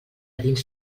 dins